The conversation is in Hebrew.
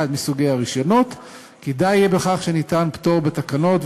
מסוגי הרישיונות כי די יהיה בכך שניתן פטור בתקנות,